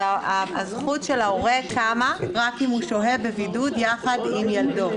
הזכות של ההורה קמה רק אם הוא שוהה בבידוד יחד עם ילדו.